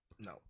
No